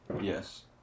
Yes